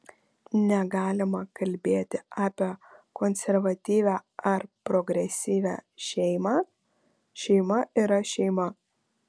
negalima kalbėti apie konservatyvią ar progresyvią šeimą šeima yra šeima